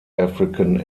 african